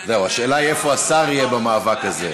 זהו, השאלה היא איפה השר יהיה במאבק הזה.